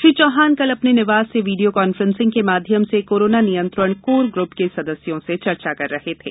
श्री चौहान कल अपने निवास से वीडियो कॉन्फ्रेंसिंग के माध्यम से कोरोना नियंत्रण कोर ग्रप के सदस्यों से चर्चा कर रहे थे